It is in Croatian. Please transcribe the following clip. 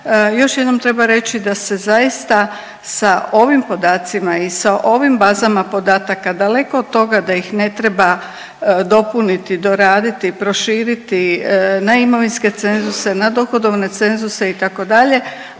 još jednom treba reći da se zaista sa ovim podacima i sa ovim bazama podataka daleko od toga da ih ne treba dopuniti, doraditi, proširiti na imovinske cenzuse, na dohodovne cenzuse itd.